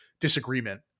disagreement